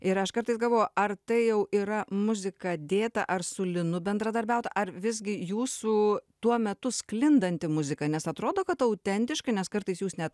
ir aš kartais galvoju ar tai jau yra muzika dėta ar su linu bendradarbiauta ar visgi jūsų tuo metu sklindanti muzika nes atrodo kad autentiškai nes kartais jūs net